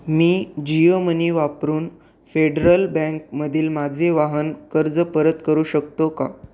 मी JioMoney वापरून Federal बँकमधील माझे वाहन कर्ज परत करू शकतो का